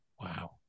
Wow